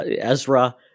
Ezra